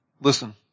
listen